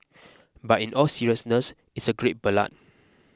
but in all seriousness it's a great ballad